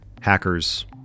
Hackers